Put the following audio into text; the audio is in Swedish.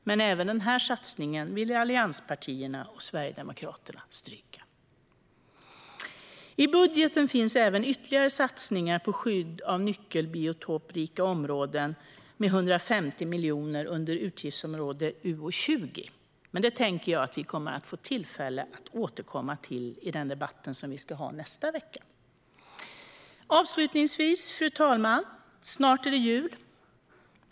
Men även den här satsningen vill allianspartierna och Sverigedemokraterna stryka. I budgeten finns även ytterligare satsningar på skydd av nyckelbiotoprika områden med 150 miljoner inom utgiftsområde 20. Men det tänker jag att vi kommer att få tillfälle att återkomma till i den debatt som vi ska ha i nästa vecka. Fru talman! Snart är det jul.